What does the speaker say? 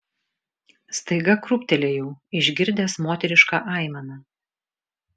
staiga krūptelėjau išgirdęs moterišką aimaną